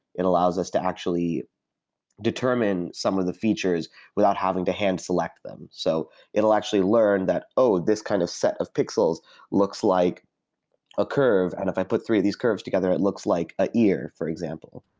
it allows us to actually determine some of the features without having to hand select them. so it'll actually learn that, oh, this kind of set of pixels looks like a curve, and if i put three of these curves together, it looks like an ear, for example.